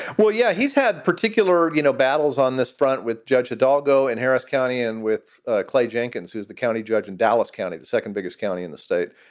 well, yeah, he's had particular, you know, battles on this front with judge hidalgo in harris county and with ah clay jenkins, who's the county judge in dallas county, the second biggest county in the state.